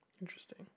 Interesting